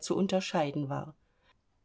zu unterscheiden war